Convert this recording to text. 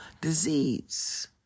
disease